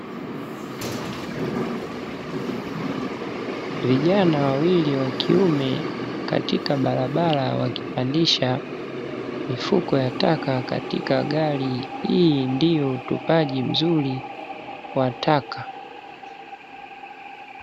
Vijana wawili wa kiume katika barabara wakipandisha mifuko ya taka katika gari hii ndiyo utupaji mzuri wa taka.